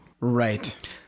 right